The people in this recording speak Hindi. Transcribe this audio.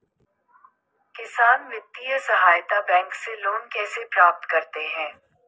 किसान वित्तीय सहायता बैंक से लोंन कैसे प्राप्त करते हैं?